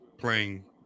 playing